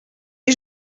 est